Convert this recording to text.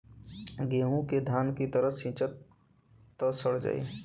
गेंहू के धान की तरह सींचब त सड़ जाई